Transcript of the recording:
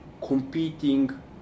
competing